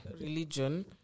Religion